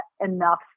enough